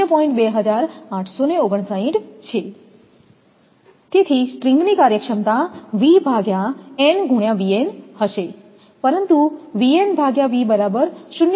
તેથી સ્ટ્રિંગની કાર્યક્ષમતા હશે પરંતુ V 0